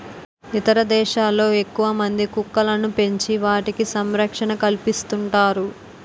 ఇతర దేశాల్లో ఎక్కువమంది కుక్కలను పెంచి వాటికి సంరక్షణ కల్పిస్తుంటారు